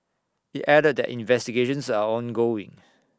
IT added that investigations are ongoing